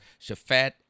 shafat